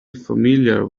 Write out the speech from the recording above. familiar